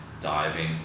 diving